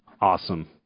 awesome